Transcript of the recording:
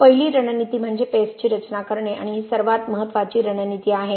पहिली रणनीती म्हणजे पेस्टची रचना करणे आणि ही सर्वात महत्त्वाची रणनीती आहे